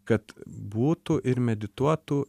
kad būtų ir medituotų